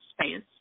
space